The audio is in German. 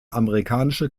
amerikanische